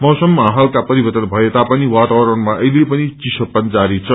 मौसममा हल्का परिवर्तन भए तापनि वातावरणमा अहिले पनि चिसोपन जारी छ